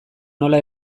nola